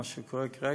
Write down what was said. מה שקורה כרגע: